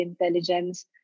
intelligence